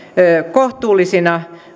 kohtuullisina